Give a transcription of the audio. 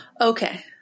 Okay